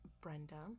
Brenda